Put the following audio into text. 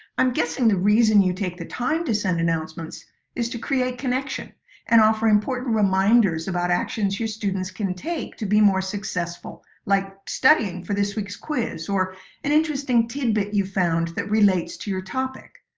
i'm guessing the reason you take the time to send announcements is to create connection and offer important reminders about actions your students can take to be more successful, like studying for this week's quiz or an interesting tidbit you found that relates to your topic.